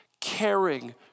caring